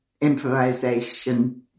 improvisation